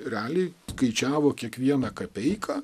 realiai skaičiavo kiekvieną kapeiką